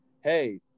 hey